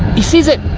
he sees it!